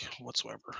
whatsoever